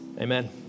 Amen